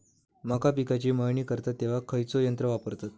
मका पिकाची मळणी करतत तेव्हा खैयचो यंत्र वापरतत?